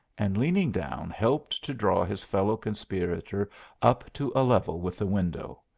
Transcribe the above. and leaning down helped to draw his fellow-conspirator up to a level with the window.